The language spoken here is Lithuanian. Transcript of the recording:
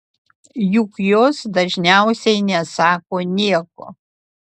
juk jos dažniausiai nesako nieko